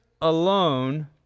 alone